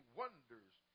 wonders